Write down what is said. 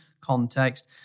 context